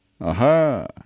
Aha